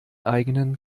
eigenen